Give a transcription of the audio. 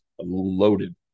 loaded